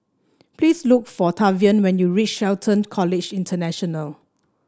please look for Tavian when you reach Shelton College International